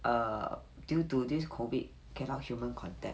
err due to this COVID cannot human contact